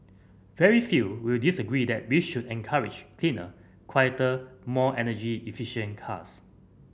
very few will disagree that we should encourage cleaner quieter more energy efficient cars